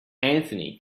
anthony